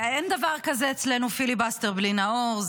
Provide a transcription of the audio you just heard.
אין דבר כזה אצלנו פיליבסטר בלי נאור.